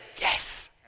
yes